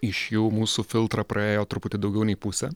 iš jų mūsų filtrą praėjo truputį daugiau nei pusė